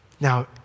Now